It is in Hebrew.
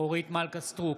אורית מלכה סטרוק,